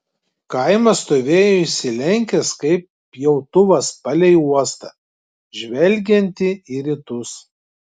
kaimas stovėjo išsilenkęs kaip pjautuvas palei uostą žvelgiantį į rytus